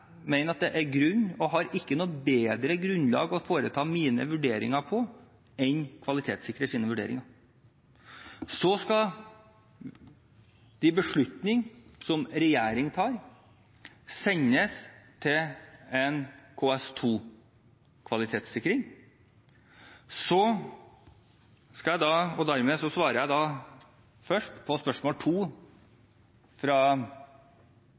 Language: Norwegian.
mener at det ikke er noe bedre grunnlag å foreta mine vurderinger på enn kvalitetssikrerens vurderinger. Så skal en beslutning som en regjering tar, sendes til en KS2-kvalitetssikring. Dermed svarer jeg først på spørsmål to fra